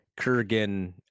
Kurgan